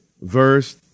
verse